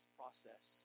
process